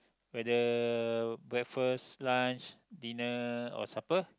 whether breakfast lunch dinner or supper